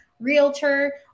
realtor